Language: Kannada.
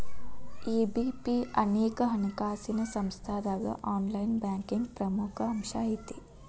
ಇ.ಬಿ.ಪಿ ಅನೇಕ ಹಣಕಾಸಿನ್ ಸಂಸ್ಥಾದಾಗ ಆನ್ಲೈನ್ ಬ್ಯಾಂಕಿಂಗ್ನ ಪ್ರಮುಖ ಅಂಶಾಐತಿ